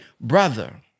Brother